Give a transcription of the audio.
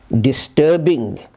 Disturbing